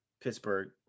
Pittsburgh